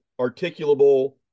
articulable